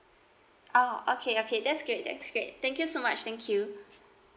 oh okay okay that's great that's great thank you so much thank you